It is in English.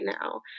now